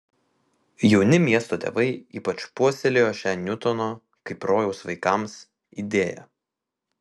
jauni miesto tėvai ypač puoselėjo šią niutono kaip rojaus vaikams idėją